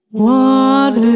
Water